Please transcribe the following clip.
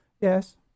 yes